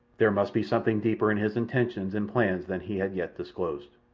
there must be something deeper in his intentions and plans than he had yet disclosed.